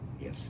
yes